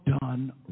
done